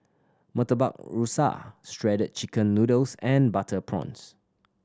Murtabak Rusa Shredded Chicken Noodles and butter prawns